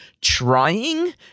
trying